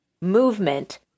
movement